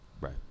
Right